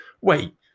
Wait